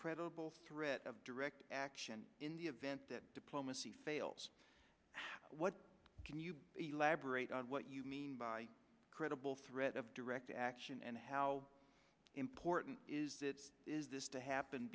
credible threat of direct action in the event that diplomacy fails what can you elaborate on what you mean by credible threat of direct action and how important is it is this to happen